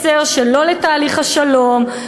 לא לתהליך השלום,